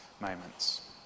moments